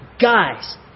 Guys